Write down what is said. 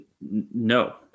No